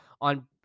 on